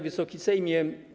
Wysoki Sejmie!